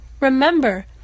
Remember